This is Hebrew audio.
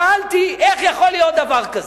שאלתי: איך יכול להיות דבר כזה?